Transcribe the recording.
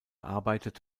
arbeitet